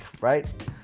right